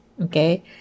okay